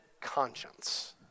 conscience